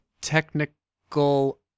Technical